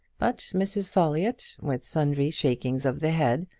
but mrs. folliott, with sundry shakings of the head,